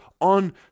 on